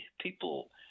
people